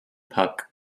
puck